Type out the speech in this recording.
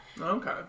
Okay